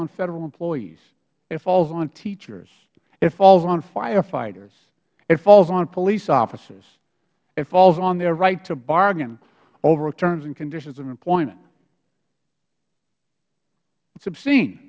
on federal employees it falls on teachers it falls on firefighters it falls on police officers it falls on their right to bargain over terms and conditions of employment it is obscene